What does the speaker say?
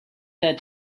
had